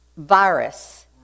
virus